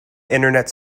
internet